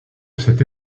cette